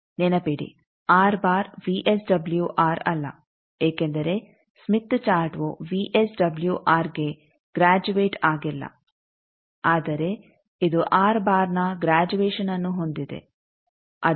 ನೆನಪಿಡಿ ವಿಎಸ್ಡಬ್ಲ್ಯೂಆರ್ ಅಲ್ಲ ಏಕೆಂದರೆ ಸ್ಮಿತ್ ಚಾರ್ಟ್ವು ವಿಎಸ್ಡಬ್ಲ್ಯೂಆರ್ ಗೆ ಗ್ರ್ಯಾಜುಯೇಟ್ ಆಗಿಲ್ಲ ಆದರೆ ಇದು ನ ಗ್ರ್ಯಾಜುಯೇಶನ್ಅನ್ನು ಹೊಂದಿದೆ ಅದು 1